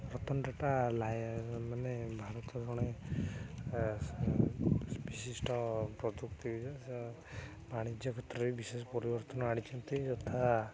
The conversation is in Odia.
ରତନ ଟାଟା ମାନେ ଭାରତର ଜଣେ ବିଶିଷ୍ଟ ପ୍ରଯୁକ୍ତି ବାଣିଜ୍ୟ କ୍ଷେତ୍ରରେ ବିଶେଷ ପରିବର୍ତ୍ତନ ଆଣିଛନ୍ତି ଯଥା